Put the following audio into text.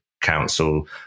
council